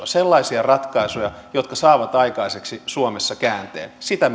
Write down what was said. sellaisia ratkaisuja jotka saavat aikaiseksi suomessa käänteen sitä